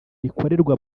rikorerwa